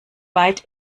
weit